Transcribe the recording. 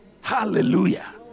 Hallelujah